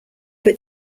but